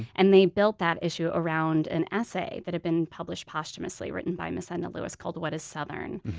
and they built that issue around an essay that had been published posthumously, written by miss edna lewis, called what is southern?